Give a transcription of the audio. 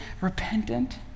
repentant